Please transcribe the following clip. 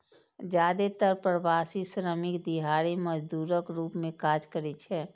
जादेतर प्रवासी श्रमिक दिहाड़ी मजदूरक रूप मे काज करै छै